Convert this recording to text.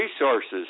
resources